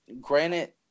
Granted